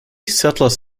settlers